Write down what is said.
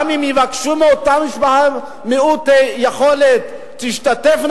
הרי גם אם יבקשו מאותה משפחה מעוטת יכולת שתשתתף,